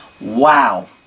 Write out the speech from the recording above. Wow